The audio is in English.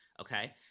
Okay